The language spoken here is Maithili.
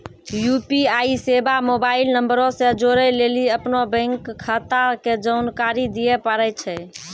यू.पी.आई सेबा मोबाइल नंबरो से जोड़ै लेली अपनो बैंक खाता के जानकारी दिये पड़ै छै